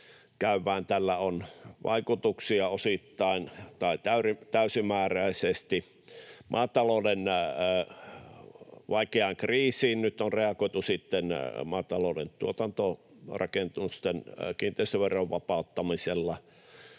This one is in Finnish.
tällä on vaikutuksia osittain tai täysimääräisesti. Maatalouden vaikeaan kriisiin nyt on reagoitu sitten maatalouden tuotantorakennusten kiinteistöveron vapauttamisella